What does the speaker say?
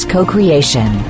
Co-Creation